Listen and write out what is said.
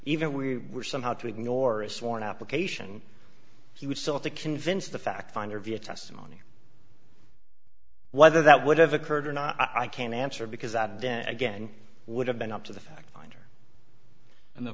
if we were somehow to ignore a sworn application he would still to convince the fact finder via testimony whether that would have occurred or not i can't answer because that again would have been up to the fact minder and the